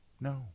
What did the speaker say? no